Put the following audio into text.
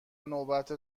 نوبت